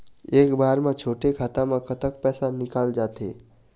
एक बार म छोटे खाता म कतक पैसा निकल जाथे?